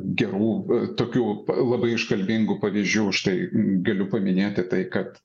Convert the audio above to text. gerų tokių labai iškalbingų pavyzdžių štai galiu paminėti tai kad